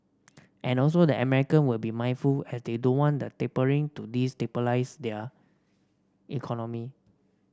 and also the American will be mindful as they don't want the tapering to destabilise their economy